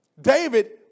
David